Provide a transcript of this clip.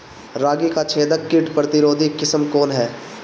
रागी क छेदक किट प्रतिरोधी किस्म कौन ह?